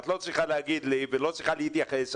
את לא צריכה להגיד לי ולא צריכה להתייחס.